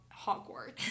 Hogwarts